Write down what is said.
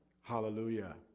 hallelujah